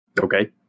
Okay